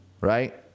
right